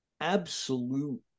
absolute